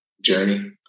journey